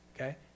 Okay